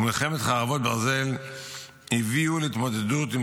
ומלחמת חרבות ברזל הביאו להתמודדות עם